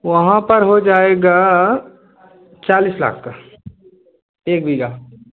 वहाँ पर हो जाएगा चालीस लाख का एक बीघा